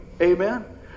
Amen